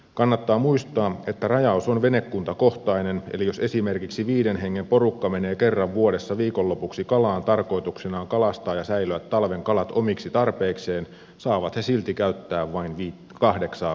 kannattaa muistaa että rajaus on venekuntakohtainen eli jos esimerkiksi viiden hengen porukka menee kerran vuodessa viikonlopuksi kalaan tarkoituksenaan kalastaa ja säilöä talven kalat omiksi tarpeikseen saavat he silti käyttää vain kahdeksaa verkkoa